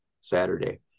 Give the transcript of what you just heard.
saturday